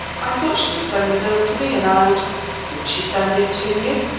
i thought she would send the bill to me, and i would did she send it to you?